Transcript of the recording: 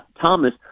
Thomas